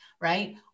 right